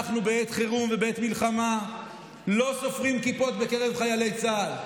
אנחנו בעת חירום ובעת מלחמה לא סופרים כיפות בקרב חיילי צה"ל.